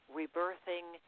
rebirthing